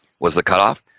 was the cutoff.